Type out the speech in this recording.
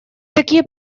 такие